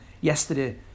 yesterday